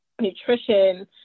nutrition